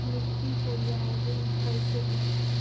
मिट्टी तैयारी कैसे करें?